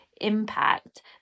impact